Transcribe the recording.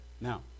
Now